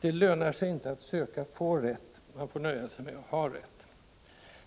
Det lönar sig inte att söka få rätt. Man får nöja sig med att ha rätt.